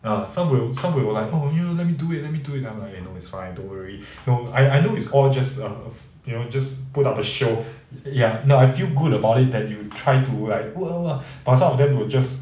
ya some will some will like oh you let me do it let me do it I'm like you know it's fine don't worry I I know it's all just err ya just put up a show ya now I feel good about it that you try to like put off lah but some of them will just